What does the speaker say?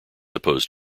opposed